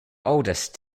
oldest